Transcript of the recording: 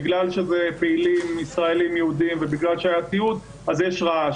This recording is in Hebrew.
בגלל שזה פעילים ישראלים יהודים ובגלל שהיה תיעוד אז יש רעש,